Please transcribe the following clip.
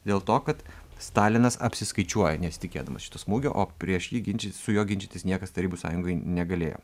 dėl to kad stalinas apsiskaičiuoja nesitikėdamas šito smūgio o prieš jį ginčyt su juo ginčytis niekas tarybų sąjungoj negalėjo